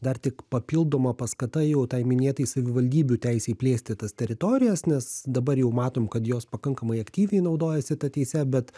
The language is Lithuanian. dar tik papildoma paskata jau tai minėtai savivaldybių teisei plėsti tas teritorijas nes dabar jau matom kad jos pakankamai aktyviai naudojasi ta teise bet